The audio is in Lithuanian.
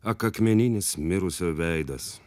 ak akmeninis mirusio veidas